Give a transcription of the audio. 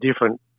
different